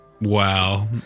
wow